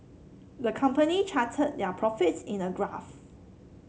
the company charted their profits in a graph